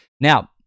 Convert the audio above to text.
Now